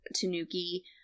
Tanuki